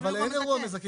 אבל אין אירוע מזכה.